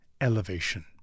elevation